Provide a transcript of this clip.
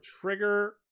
trigger